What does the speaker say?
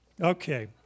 Okay